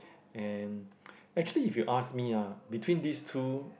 and actually if you ask me ah between these two